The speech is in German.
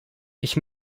ich